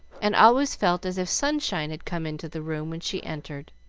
and always felt as if sunshine had come into the room when she entered.